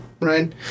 right